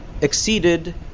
exceeded